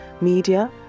media